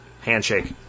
Handshake